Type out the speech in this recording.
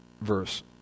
verse